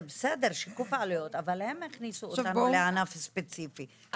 זה בסדר שיקוף העלויות אבל הם הכניסו אותנו לענף ספציפי.